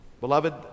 Beloved